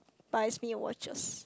buys me a watches